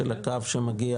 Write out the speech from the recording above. של הקו שמגיע